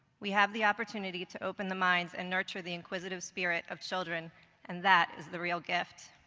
we have the opportunity to open the minds and nurture the inquisitive spirit of children and that is the real gift.